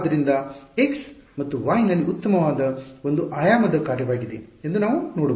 ಆದ್ದರಿಂದ ಇದು x ಮತ್ತು y ನಲ್ಲಿ ಉತ್ತಮವಾದ ಒಂದು ಆಯಾಮದ ಕಾರ್ಯವಾಗಿದೆ ಎಂದು ನಾವು ನೋಡಬಹುದು